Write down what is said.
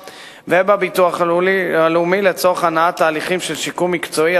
ובביטוח הלאומי לצורך הנעת תהליכים של שיקום מקצועי,